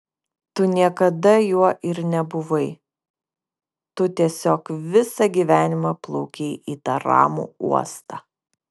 tu niekada juo ir nebuvai tu tiesiog visą gyvenimą plaukei į tą ramų uostą